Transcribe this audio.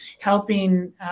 helping